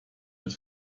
mit